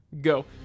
Go